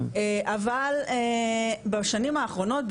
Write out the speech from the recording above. אבל בשנים האחרונות,